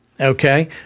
Okay